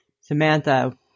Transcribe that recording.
Samantha